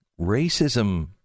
Racism